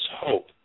hope